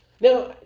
now